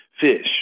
fish